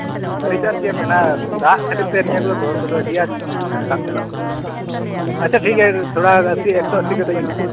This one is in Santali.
ᱢᱟᱨᱤᱪ ᱟᱨ ᱪᱮᱫ ᱢᱮᱱᱟᱜᱼᱟ ᱫᱟᱜ ᱠᱷᱟᱹᱛᱤᱨ ᱛᱮ ᱱᱤᱭᱟᱹ ᱠᱚᱫᱚ ᱫᱚᱨ ᱠᱚᱫᱚ ᱟᱹᱰᱤ ᱟᱸᱴ ᱨᱟᱠᱟᱵ ᱪᱟᱞᱟᱣ ᱠᱟᱱᱟ ᱟᱪᱪᱷᱟ ᱴᱷᱤᱠ ᱜᱮᱭᱟ ᱛᱷᱚᱲᱟ ᱮᱠᱥᱚ ᱟᱥᱤ ᱠᱟᱛᱮᱧ ᱮᱢᱟᱢᱟ